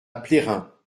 plérin